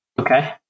okay